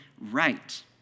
right